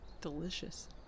Delicious